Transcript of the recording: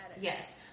Yes